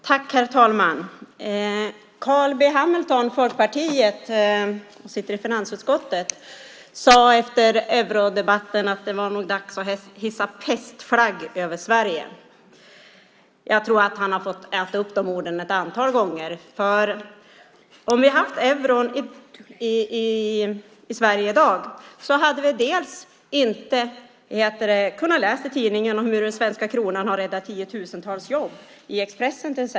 Herr talman! Carl B Hamilton från Folkpartiet, som sitter i finansutskottet, sade efter eurodebatten att det nog var dags att hissa pestflagg över Sverige. Jag tror att han har fått äta upp de orden ett antal gånger. Om vi hade haft euron i Sverige i dag hade vi inte kunnat läsa i tidningen, i Expressen till exempel, om hur den svenska kronan räddat tiotusentals jobb.